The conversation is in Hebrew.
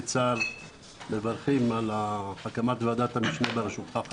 צה"ל מברכים על הקמת ועדת המשנה בראשותך,